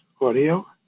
audio